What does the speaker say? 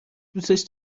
دوستش